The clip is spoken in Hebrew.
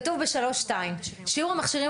כתוב בסעיף 3(2): שיעור המכשירים